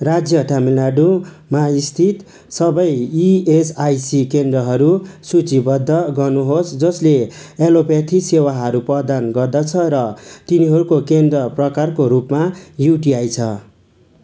राज्य तमिलनाडूमा स्थित सबै इएसआइसी केन्द्रहरू सूचीबद्ध गर्नुहोस् जसले एलोप्याथी सेवाहरू प्रदान गर्दछ र तिनीहरूको केन्द्र प्रकारको रूपमा युटिआई छ